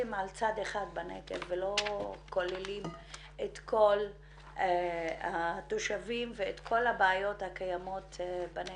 על צד אחד בנגב ולא כוללים את כל התושבים ואת כל הבעיות הקיימות בנגב.